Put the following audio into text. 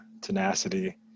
tenacity